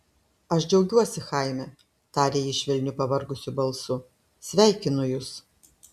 aš džiaugiuosi chaime tarė ji švelniu pavargusiu balsu sveikinu jus